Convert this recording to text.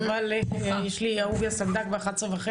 אבל יש לי דיון על אהוביה סנדק ב־11:30,